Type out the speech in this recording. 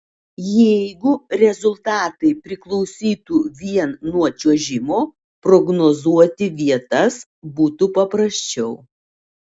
jeigu rezultatai priklausytų vien nuo čiuožimo prognozuoti vietas būtų paprasčiau